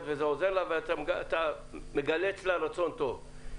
וזה עוזר לה ואתה מגלה אצלה רצון טוב.